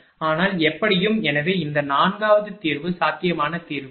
ஆனால் எப்படியும் எனவே இந்த 4 வது தீர்வு சாத்தியமான தீர்வு சரி